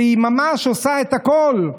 היא ממש עושה את הכול.